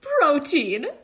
protein